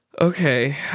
okay